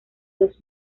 los